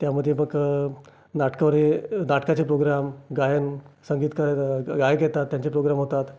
त्यामध्ये मग नाटकं वगैरे नाटकाचे प्रोग्रॅम गायन संगीतकार गायक येतात त्यांचे प्रोग्रॅम होतात